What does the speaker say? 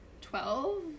Twelve